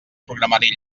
programari